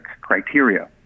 criteria